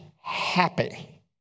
happy